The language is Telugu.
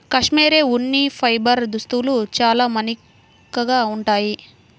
కాష్మెరె ఉన్ని ఫైబర్ దుస్తులు చాలా మన్నికగా ఉంటాయి